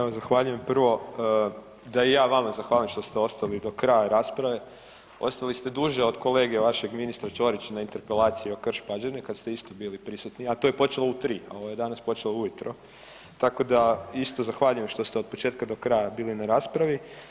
Evo zahvaljujem, prvo da i ja vama zahvalim što ste ostali do kraja rasprave, ostali ste duže od kolege vašeg ministra Ćorića na interpelaciji o Krš-Pađene kad ste isto bili prisutni, a to je počelo u 3, a ovo je danas počelo ujutro, tako da isto zahvaljujem što ste od početka do kraja bili na raspravi.